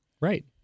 Right